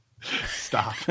Stop